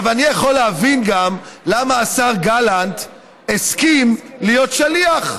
אני יכול להבין גם למה השר גלנט הסכים להיות שליח.